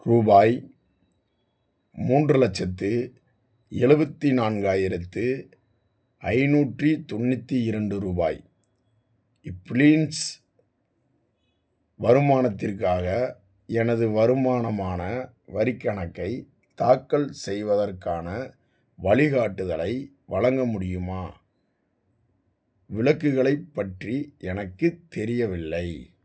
ருபாய் மூன்று லட்சத்து எழுவத்தி நான்காயிரத்து ஐந்நூற்றி தொண்ணூற்றி இரண்டு ருபாய் இப்லின்ஸ் வருமானத்திற்கான எனது வருமானமான வரிக் கணக்கை தாக்கல் செய்வதற்கான வழிகாட்டுதலை வழங்க முடியுமா விலக்குகளைப் பற்றி எனக்குத் தெரியவில்லை